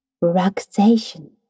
relaxation